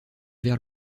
vers